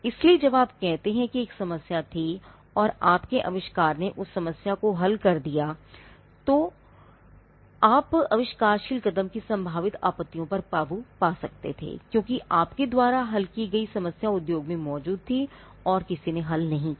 इसलिए जब आप कहते हैं कि एक समस्या थी और आपके आविष्कार ने उस समस्या को हल कर दिया तो आप आविष्कारशील कदम की संभावित आपत्तियों पर काबू पा सकते थे क्योंकि आपके द्वारा हल की गई समस्या उद्योग में मौजूद थी और किसी और ने हल नहीं की